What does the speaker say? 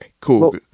cool